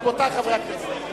רבותי חברי הכנסת,